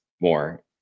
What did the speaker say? more